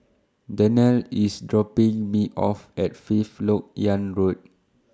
Danelle IS dropping Me off At Fifth Lok Yang Road